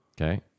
Okay